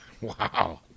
wow